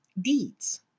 deeds